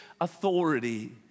authority